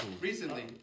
recently